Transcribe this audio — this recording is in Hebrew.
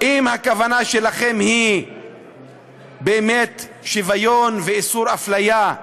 אם הכוונה שלכם היא באמת שוויון ואיסור אפליה,